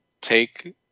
take